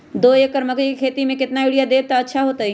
दो एकड़ मकई के खेती म केतना यूरिया देब त अच्छा होतई?